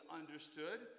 understood